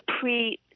pre